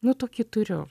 nu tokį turiu